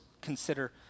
consider